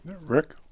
Rick